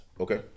Okay